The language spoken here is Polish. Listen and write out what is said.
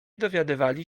dowiadywali